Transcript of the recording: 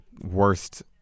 worst